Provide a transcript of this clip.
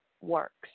works